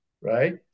right